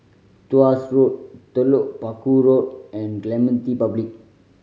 Tuas Road Telok Paku Road and Clementi Public